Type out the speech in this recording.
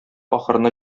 ахырына